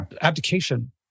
abdication